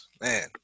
man